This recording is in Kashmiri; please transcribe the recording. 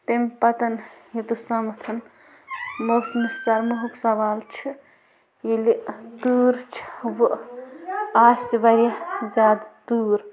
تَمہِ پَتہٕ یوٚتَستامَتھ موسمہِ سرماہُک سوال چھِ ییٚلہِ تۭر چھےٚ وۄنۍ آسہِ واریاہ زیادٕ تۭر